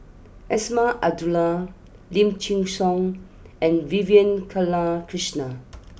Azman Abdullah Lim Chin Siong and Vivian Balakrishnan